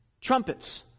Trumpets